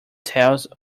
tales